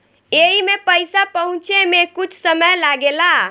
एईमे पईसा पहुचे मे कुछ समय लागेला